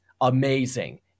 amazing